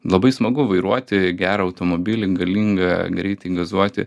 labai smagu vairuoti gerą automobilį galingą greitį gazuoti